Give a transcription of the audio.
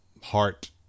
heart